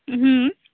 ᱩ ᱦᱩᱸ